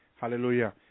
hallelujah